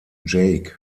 jake